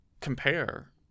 Compare